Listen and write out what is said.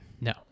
No